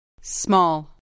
Small